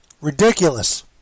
Ridiculous